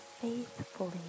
faithfully